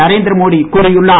நரேந்திரமோடி கூறியுள்ளார்